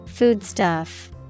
Foodstuff